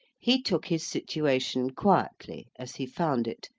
he took his situation quietly, as he found it,